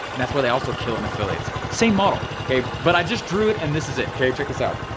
and that's where they also kill an affiliate, same model, okay, but i just drew it and this is it. okay, check this out.